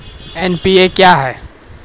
NPA क्या हैं?